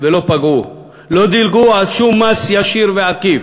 ולא פגעו, לא דילגו על שום מס ישיר ועקיף.